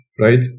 right